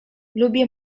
lubię